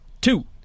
two